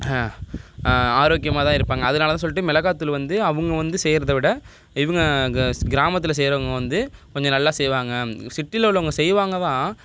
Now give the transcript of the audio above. ஆரோக்கியமாக தான் இருப்பாங்க அதனால தான் சொல்லிட்டு மிளகா தூள் வந்து அவங்க வந்து செய்கிறத விட இவங்க க ஸ் கிராமத்தில் செய்கிறவுங்க வந்து கொஞ்சம் நல்லா செய்வாங்க சிட்டியில உள்ளவங்க செய்வாங்க தான்